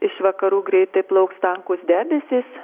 iš vakarų greitai plauks tankūs debesys